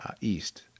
East